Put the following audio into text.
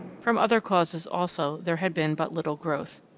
from other causes, also, there had been but little growth.